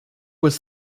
was